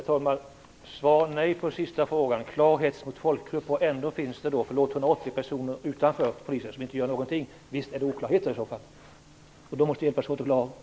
Herr talman! Svaret på den sista frågan blev nej. Detta möte var ett klart fall av hets mot folkgrupp. Ändå fanns det 180 personer utanför från polisen som inte gör någonting. Visst finns det oklarheter - och dem måste vi hjälpas åt att reda ut.